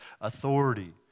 authority